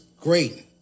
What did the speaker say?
great